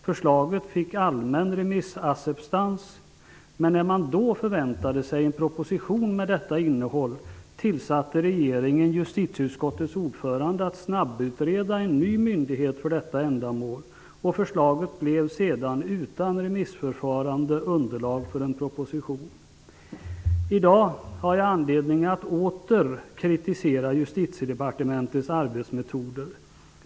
Förslaget fick allmän remissacceptans. Men när man förväntade sig en proposition med detta innehåll tillsatte regeringen justitieutskottets ordförande att snabbutreda en ny myndighet för detta ändamål. Förslaget blev sedan utan remissförfarande underlag för en proposition. I dag har jag anledning att åter kritisera Justitiedepartementets arbetsmetoder.